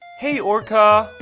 hey orca!